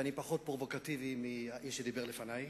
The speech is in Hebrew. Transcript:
ואני פחות פרובוקטיבי ממי שדיבר לפני.